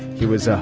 he was. ah